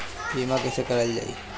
बीमा कैसे कराएल जाइ?